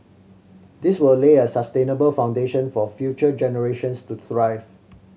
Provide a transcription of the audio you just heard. this will lay a sustainable foundation for future generations to thrive